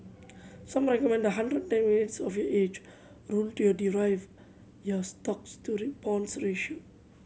some recommend the one hundred and ten minus of your age rule to derive your stocks to bonds ratio